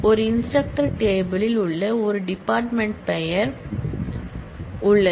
ஒரு instructor table யில் ஒரு டிபார்ட்மென்ட் பெயர் உள்ளது